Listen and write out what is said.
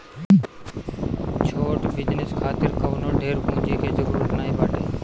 छोट बिजनेस खातिर कवनो ढेर पूंजी के जरुरत नाइ बाटे